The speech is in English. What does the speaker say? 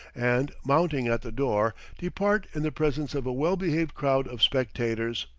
and mounting at the door, depart in the presence of a well-behaved crowd of spectators.